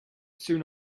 soon